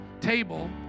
table